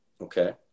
Okay